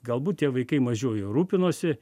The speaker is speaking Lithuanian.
galbūt tie vaikai mažiau juo rūpinosi